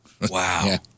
Wow